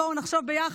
בואו נחשוב ביחד.